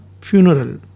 funeral